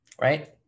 right